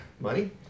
money